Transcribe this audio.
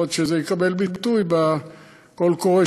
יכול להיות שזה יקבל ביטוי בקול הקורא,